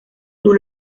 nous